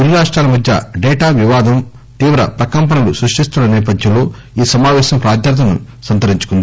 ఇరు రాష్ట్రాల మధ్య డేటా వివాధం తీవ్ర ప్రకంపణలు స్ఫష్టిస్తున్న నేపథ్యంలో ఈ సమాపేశం ప్రాధాన్యతను సంతరించుకుంది